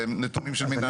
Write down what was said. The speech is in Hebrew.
זה נתונים של מינהל התכנון.